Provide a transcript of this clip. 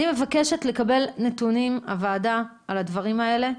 הוועדה מבקשת לקבל נתונים על הדברים האלה,